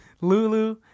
Lulu